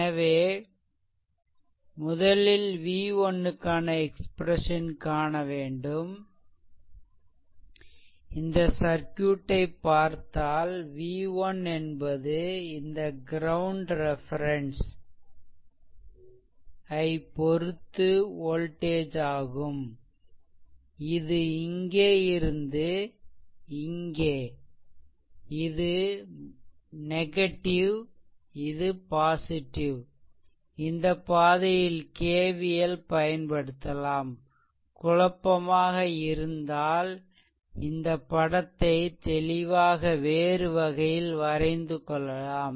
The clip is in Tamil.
எனவே முதலில் v1 க்கான எக்ஸ்ப்ரெசன் காணவேண்டும் just for r இந்த சர்க்யூட்டை பார்த்தால் V1 என்பது இந்த கிரௌண்ட் ரெஃபெரென்ஸ் ஐப்பொருத்து வோல்டேஜ் ஆகும் இது இங்கே இருந்து இங்கே இது - நெகடிவ் இது பாசிடிவ் இந்த பாதையில் KVL பயன்படுத்தலாம் குழப்பமாக இருந்தால் இந்த படத்தை தெளிவாக வேறு வகையில் வரைந்துகொள்ளலாம்